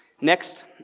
Next